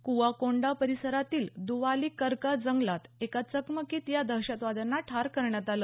क्आकोंडा परिसरातील द्वालीकरका जंगलात एका चकमकीत या दहशतवाद्यांना ठार करण्यात आलं